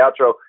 outro